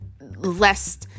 less